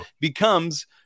becomes